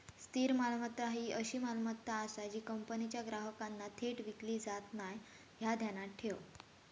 स्थिर मालमत्ता ही अशी मालमत्ता आसा जी कंपनीच्या ग्राहकांना थेट विकली जात नाय, ह्या ध्यानात ठेव